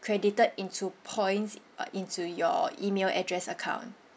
credited into points uh into your email address account